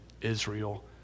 Israel